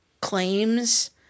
claims